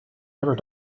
never